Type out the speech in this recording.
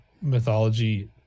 mythology